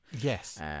Yes